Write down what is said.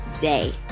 day